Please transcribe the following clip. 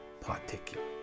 particular